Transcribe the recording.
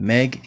Meg